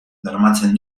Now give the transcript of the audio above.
bermatzen